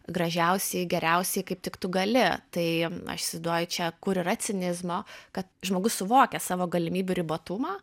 gražiausiai geriausiai kaip tik tu gali tai aš įsivaizduoju čia kur yra cinizmo kad žmogus suvokia savo galimybių ribotumą